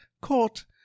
CAUGHT